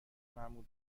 معمول